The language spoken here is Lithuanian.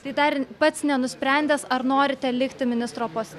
tai dar pats nenusprendęs ar norite likti ministro pos